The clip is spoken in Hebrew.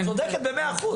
את צודקת במאה אחוז.